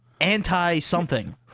anti-something